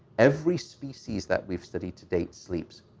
every species that we've studied to date sleeps.